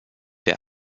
der